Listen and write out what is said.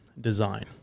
design